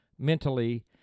mentally